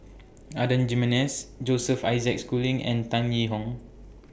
Adan Jimenez Joseph Isaac Schooling and Tan Yee Hong